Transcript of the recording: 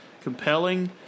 compelling